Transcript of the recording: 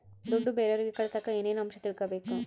ದುಡ್ಡು ಬೇರೆಯವರಿಗೆ ಕಳಸಾಕ ಏನೇನು ಅಂಶ ತಿಳಕಬೇಕು?